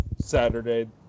Saturday